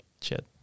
Chat